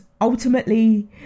ultimately